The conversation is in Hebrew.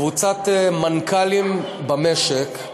קבוצת מנכ"לים במשק,